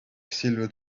silver